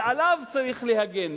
ועליו צריך להגן.